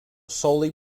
solely